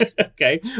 okay